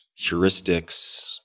heuristics